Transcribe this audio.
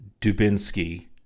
Dubinsky